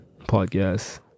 podcast